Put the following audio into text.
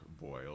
boil